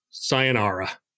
sayonara